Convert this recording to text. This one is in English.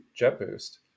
JetBoost